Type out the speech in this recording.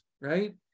right